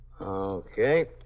Okay